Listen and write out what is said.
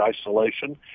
isolation